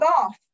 golf